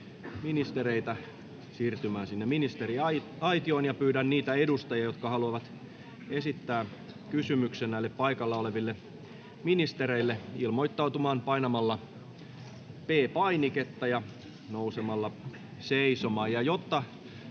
siirtymään ministeriaitioon. Pyydän niitä edustajia, jotka haluavat esittää kysymyksen paikalla olevalle ministerille, ilmoittautumaan painamalla P-painiketta ja nousemalla seisomaan.